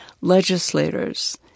legislators—